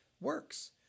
works